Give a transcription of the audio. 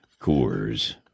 Coors